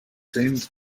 doomed